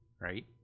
right